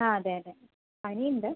ആ അതെയതെ പനിയുണ്ട്